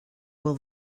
will